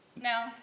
no